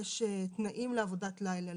יש תנאים לעבודת לילה.